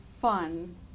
fun